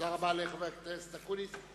תודה לחבר הכנסת אקוניס.